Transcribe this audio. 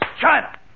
China